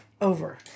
over